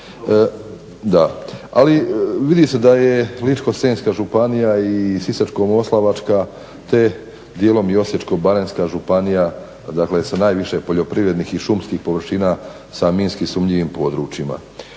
itd. Ali vidi se da je Ličko-senjska županija i Sisačko-moslavačka, te dijelom i Osječko-baranjska županija, dakle sa najviše poljoprivrednih i šumskih površina sa minski sumnjivim područjima.